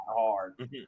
hard